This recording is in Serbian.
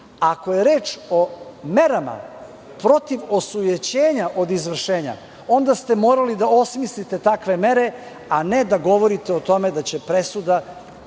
Ako je reč o merama protiv osujećenja od izvršenja onda ste morali da osmislite takve mere, a ne da govorite o tome da će presuda